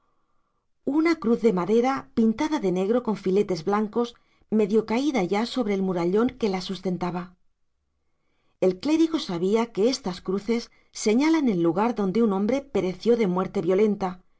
una cruz de madera pintada de negro con filetes blancos medio caída ya sobre el murallón que la sustentaba el clérigo sabía que estas cruces señalan el lugar donde un hombre pereció de muerte violenta